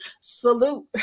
Salute